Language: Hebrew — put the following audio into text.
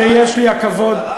שיש לי הכבוד,